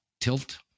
tilt